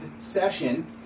session